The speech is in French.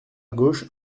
gauche